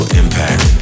impact